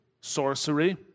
sorcery